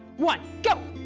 one, go.